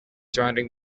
surrounding